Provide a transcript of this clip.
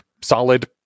solid